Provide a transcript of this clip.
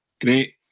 great